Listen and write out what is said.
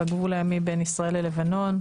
בגבול הימי בין ישראל ללבנון.